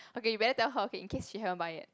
okay you better tell her okay in case she haven't buy yet